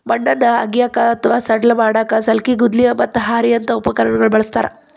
ಮಣ್ಣನ್ನ ಅಗಿಯಾಕ ಅತ್ವಾ ಸಡ್ಲ ಮಾಡಾಕ ಸಲ್ಕಿ, ಗುದ್ಲಿ, ಮತ್ತ ಹಾರಿಯಂತ ಉಪಕರಣಗಳನ್ನ ಬಳಸ್ತಾರ